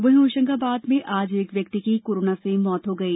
वहीं होशंगाबाद में आज एक व्यक्ति की कोरोना से मौत हो गई